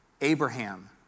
Abraham